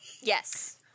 Yes